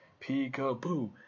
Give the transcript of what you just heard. peekaboo